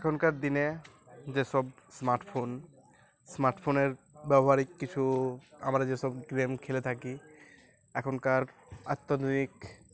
এখনকার দিনে যেসব স্মার্টফোন স্মার্টফোনের ব্যবহারিক কিছু আমরা যেসব গেম খেলে থাকি এখনকার অত্যাধুনিক